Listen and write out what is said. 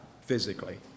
physically